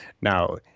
Now